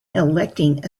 electing